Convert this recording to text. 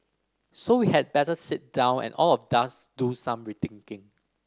so we had better sit down and all of thus do some rethinking